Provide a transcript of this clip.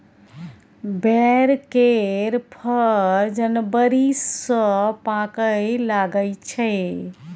बैर केर फर जनबरी सँ पाकय लगै छै